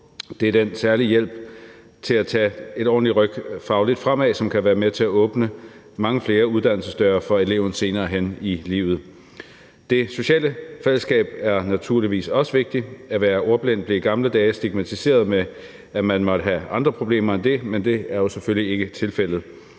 være den særlige hjælp til at tage et ordentligt ryk fagligt fremad, som kan være med til at åbne mange flere uddannelsesdøre for eleven senere hen i livet. Det sociale fællesskab er naturligvis også vigtigt. At være ordblind blev i gamle dage stigmatiseret med, at man måtte have andre problemer end det, men det er jo selvfølgelig ikke tilfældet.